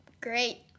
Great